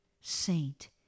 saint